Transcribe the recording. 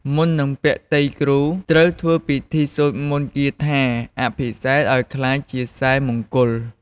មុននឹងពាក់ ទៃគ្រូត្រូវធ្វើពិធីសូត្រមន្តគាថាអភិសេកឱ្យក្លាយជាខ្សែមង្គល។